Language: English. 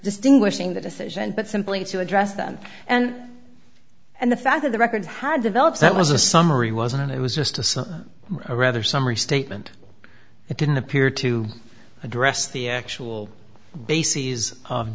distinguishing the decision but simply to address them and and the fact that the records had developed that was a summary wasn't it was just a some rather summary statement it didn't appear to address the actual bases